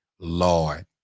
Lord